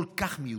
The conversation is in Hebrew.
כל כך מיותר.